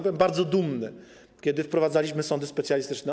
Byłem bardzo dumny, kiedy wprowadzaliśmy sądy specjalistyczne.